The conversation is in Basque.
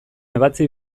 ebatzi